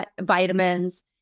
vitamins